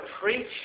preach